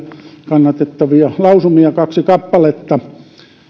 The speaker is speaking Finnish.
kannatettavia lausumia kaksi kappaletta